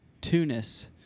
Tunis